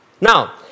now